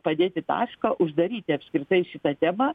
padėti tašką uždaryti apskritai šitą temą